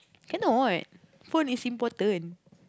cannot phone is important